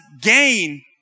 gain